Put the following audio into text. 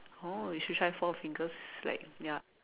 oh we should try Four Fingers like ya